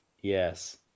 Yes